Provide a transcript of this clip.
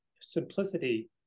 simplicity